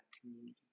community